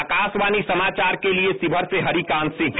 आकाशवाणी समाचार के लिए शिवहर से हरिकांत सिंह